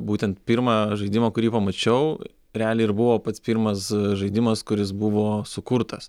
būtent pirmą žaidimą kurį pamačiau realiai ir buvo pats pirmas žaidimas kuris buvo sukurtas